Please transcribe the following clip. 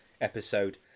episode